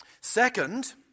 Second